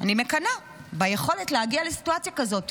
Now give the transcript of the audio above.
אני מקנאה ביכולת להגיע לסיטואציה כזאת.